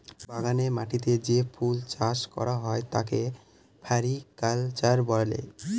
বাগানের মাটিতে যে ফুল চাষ করা হয় তাকে ফ্লোরিকালচার বলে